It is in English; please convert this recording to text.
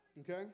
Okay